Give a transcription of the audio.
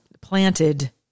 planted